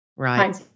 Right